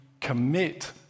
commit